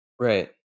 Right